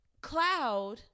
cloud